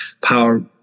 Power